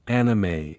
anime